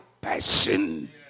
passion